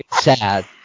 sad